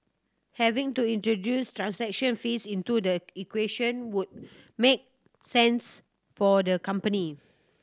having to introduce transaction fees into the equation would make sense for the company